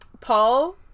paul